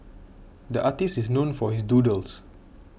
the artist is known for his doodles